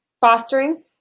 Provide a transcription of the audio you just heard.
fostering